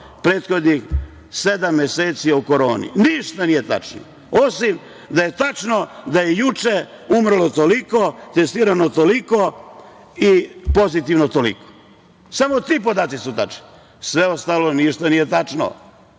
prethodnih sedam meseci o koroni. Ništa nije tačno, osim da je tačno da je juče umrlo toliko, testirano toliko i pozitivno toliko. Samo ti podaci su tačni. Sve ostalo ništa nije